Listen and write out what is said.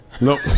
Nope